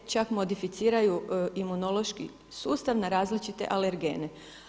Čak modificiraju imunološki sustav na različite alergene.